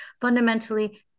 fundamentally